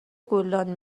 گلدان